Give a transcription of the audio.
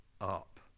up